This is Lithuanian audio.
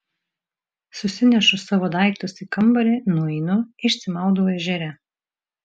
susinešu savo daiktus į kambarį nueinu išsimaudau ežere